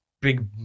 big